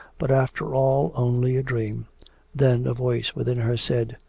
but after all, only a dream then a voice within her said,